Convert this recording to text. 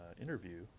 interview